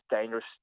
dangerous